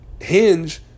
Hinge